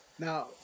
Now